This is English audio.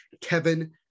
Kevin